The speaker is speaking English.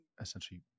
essentially